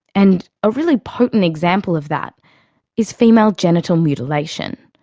and a really potent example of that is female genital mutilation.